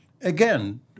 again